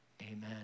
Amen